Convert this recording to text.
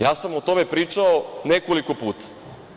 Ja sam o tome pričao nekoliko puta.